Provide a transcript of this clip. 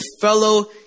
fellow